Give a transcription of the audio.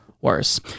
worse